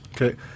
Okay